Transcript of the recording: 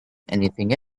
anything